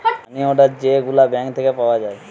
মানি order যে গুলা bank থিকে পাওয়া যায়